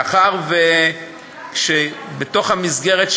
מאחר שבתוך המסגרת,